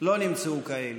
לא נמצאו כאלה.